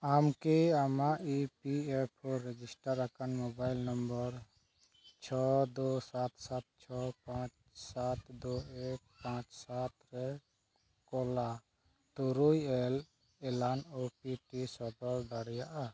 ᱟᱢᱠᱤ ᱟᱢᱟᱜ E P F O register ᱟᱠᱟᱱ ᱢᱳᱵᱟᱭᱤᱞ ᱱᱟᱢᱵᱟᱨ ᱪᱷᱚ ᱫᱩ ᱥᱟᱛ ᱥᱟᱛ ᱪᱷᱚ ᱯᱟᱸᱪ ᱥᱟᱛ ᱫᱩ ᱮᱠ ᱯᱟᱸᱪ ᱥᱟᱛ ᱮᱠ ᱠᱳᱞᱟᱜ ᱛᱩᱨᱩᱭ ᱮᱞ ᱮᱞᱟᱱ ᱳ ᱴᱤ ᱯᱤ ᱥᱚᱫᱚᱨ ᱫᱟᱲᱮᱭᱟᱜᱼᱟ